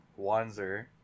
Wanzer